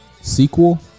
Sequel